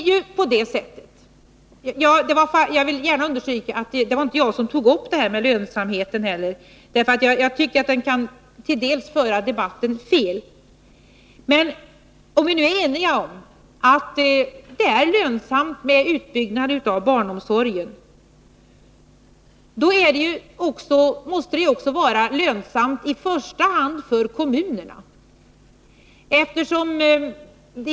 Jag vill gärna understryka att det inte var jag som tog upp lönsamheten, eftersom jag tycker att den till dels kan föra debatten fel. Men om vi nu är eniga om att det är lönsamt med en utbyggnad av barnomsorgen, då måste det ju i första hand vara lönsamt för kommunerna.